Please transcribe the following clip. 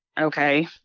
okay